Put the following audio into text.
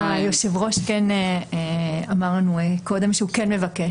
היושב ראש אמר לנו קודם שהוא כן מבקש